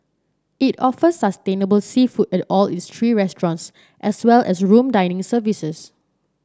it offers sustainable seafood at all its three restaurants as well as room dining services